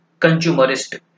consumerist